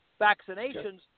vaccinations